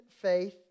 faith